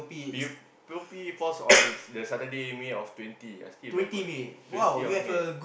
P_O~ P_O_P falls on the Saturday May of twenty I still remember twenty of May